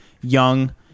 Young